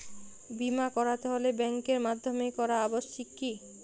বিমা করাতে হলে ব্যাঙ্কের মাধ্যমে করা আবশ্যিক কি?